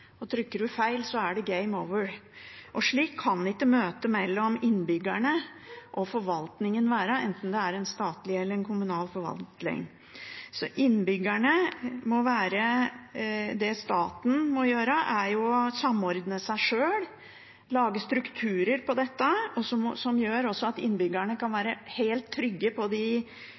byråkrati. Trykker en feil, er det «game over». Slik kan ikke møtet mellom innbyggerne og forvaltningen være, enten det er en statlig eller en kommunal forvaltning. Det staten må gjøre, er å samordne seg sjøl, lage strukturer på dette som gjør at innbyggerne kan være helt trygge med tanke på de